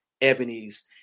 Ebony's